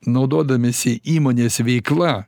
naudodamiesi įmonės veikla